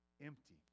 empty